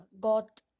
got